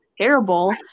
terrible